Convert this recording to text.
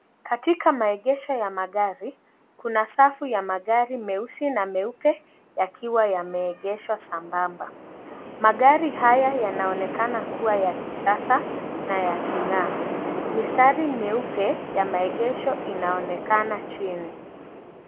Katika maegesho ya magari, kuna safu ya magari meusi na meupe, yakiwa yameegeshwa sambamba. Magari haya yanaonekana kuwa ya kisasa na yaking'aa. Mistari mieupe ya maegesho inaonekana chini.